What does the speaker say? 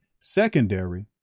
secondary